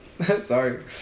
sorry